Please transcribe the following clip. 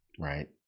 Right